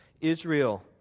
Israel